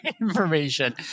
information